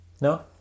No